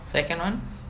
second [one]